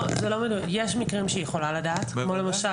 יש מקרים שהיא יכולה לדעת כמו למשל